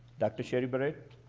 dr. sheri barret,